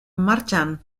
martxan